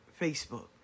Facebook